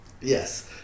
Yes